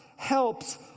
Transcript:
helps